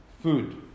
Food